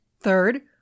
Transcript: Third